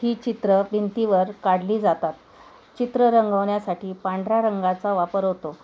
न ही चित्र भिंतीवर काढली जातात चित्र रंगवण्यासाठी पांढऱ्या रंगाचा वापर होतो